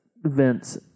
Vince